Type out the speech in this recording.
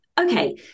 Okay